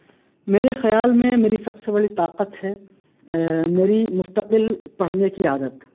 میرے خیال میں میری سب سے بڑی طاقت ہے میری مستقل پڑھنے کی عادت